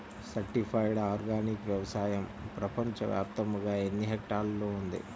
Certified organic వ్యవసాయం ప్రపంచ వ్యాప్తముగా ఎన్నిహెక్టర్లలో ఉంది?